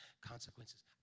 consequences